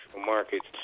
markets